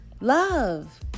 Love